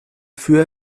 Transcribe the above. für